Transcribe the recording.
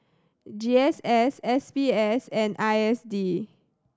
G S S S B S and I S D